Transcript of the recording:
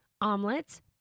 omelets